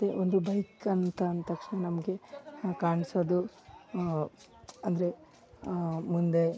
ಮತ್ತು ಒಂದು ಬೈಕ್ ಅಂತ ಅಂದ ತಕ್ಷಣ ನಮಗೆ ಕಾಣ್ಸೊದು ಅಂದರೆ ಮುಂದೆ